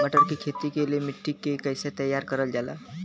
मटर की खेती के लिए मिट्टी के कैसे तैयार करल जाला?